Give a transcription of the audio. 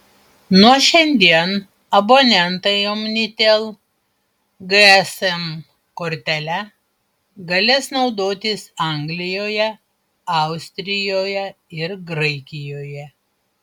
nuo šiandien abonentai omnitel gsm kortele galės naudotis anglijoje austrijoje ir graikijoje